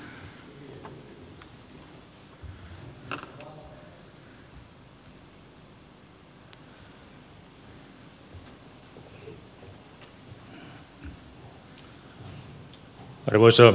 arvoisa puhemies